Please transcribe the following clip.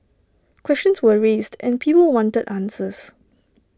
questions were raised and people wanted answers